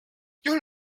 juhul